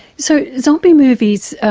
so zombie movies,